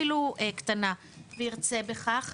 אפילו קטנה וירצה בכך,